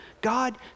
God